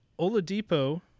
Oladipo